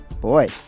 Boy